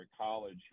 college